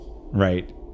right